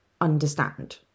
understand